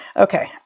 Okay